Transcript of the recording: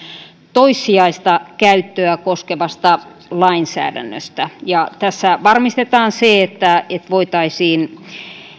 toissijaista käyttöä koskevasta lainsäädännöstä ja tässä varmistetaan se että voitaisiin